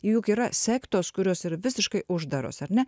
juk yra sektos kurios yra visiškai uždaros ar ne